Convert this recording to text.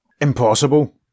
Impossible